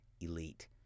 elite